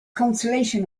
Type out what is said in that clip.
consolation